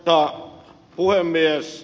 arvoisa puhemies